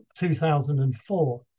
2004